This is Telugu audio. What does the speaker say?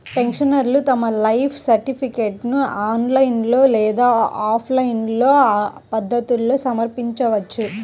పెన్షనర్లు తమ లైఫ్ సర్టిఫికేట్ను ఆన్లైన్ లేదా ఆఫ్లైన్ పద్ధతుల్లో సమర్పించవచ్చు